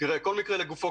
כל מקרה לגופו.